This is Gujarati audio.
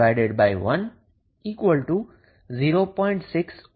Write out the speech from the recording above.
61 0